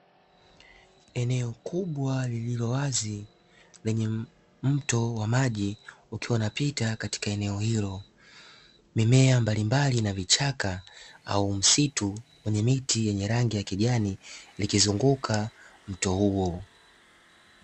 Eneo kubwa lililo wazi lenye mto wa maji, ukiwa unapita katika eneo hilo. Mimea mbalimbali na vichaka au msitu wenye miti yenye rangi ya kijani, likizunguka mto huo.